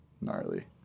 gnarly